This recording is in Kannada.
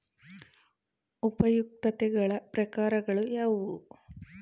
ಉಪಯುಕ್ತತೆಗಳ ಪ್ರಕಾರಗಳು ಯಾವುವು?